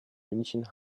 münchen